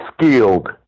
skilled